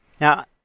Now